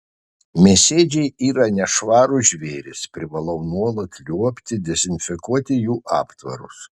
mėsėdžiai yra nešvarūs žvėrys privalau nuolat liuobti dezinfekuoti jų aptvarus